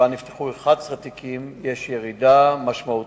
שבה נפתחו 11 תיקים, יש ירידה משמעותית.